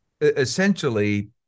Essentially